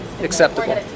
acceptable